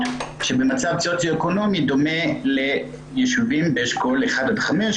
שהן במצב סוציו-אקונומי דומה לישובים באשכול אחד עד חמש,